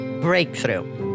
breakthrough